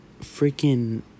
freaking